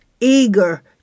eager